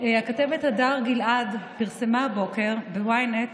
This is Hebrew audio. הכתבת הדר גלעד פרסמה הבוקר ב-ynet